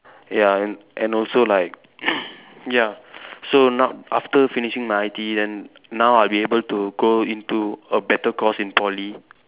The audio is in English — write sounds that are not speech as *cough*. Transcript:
ya and and also like *noise* ya so now after finishing my I_T_E then now I'll be able to go into a better course in Poly